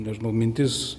nežinau mintis